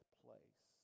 place